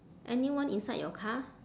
anyone inside your car